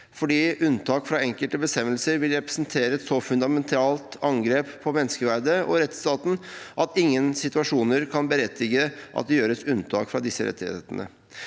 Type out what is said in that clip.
fordi unntak fra enkelte bestemmelser vil representere et så fundamentalt angrep på menneskeverdet og rettsstaten at ingen situasjoner kan berettige at det gjøres unntak fra disse rettighetene.